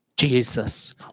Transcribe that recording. Jesus